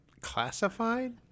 Classified